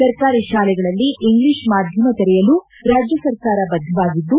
ಸರ್ಕಾರಿ ಶಾಲೆಗಳಲ್ಲಿ ಇಂಗ್ಲಿಷ್ ಮಾಧ್ಯಮ ತೆರೆಯಲು ರಾಜ್ಯ ಸರ್ಕಾರ ಬದ್ದವಾಗಿದ್ದು